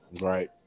right